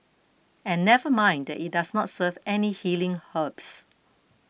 and never mind that it does not serve any healing herbs